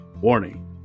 Warning